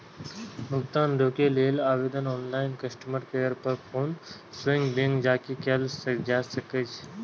भुगतान रोकै लेल आवेदन ऑनलाइन, कस्टमर केयर पर फोन सं स्वयं बैंक जाके कैल जा सकैए